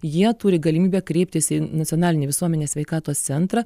jie turi galimybę kreiptis į nacionalinį visuomenės sveikatos centrą